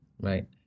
right